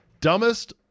Dumbest